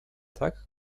tak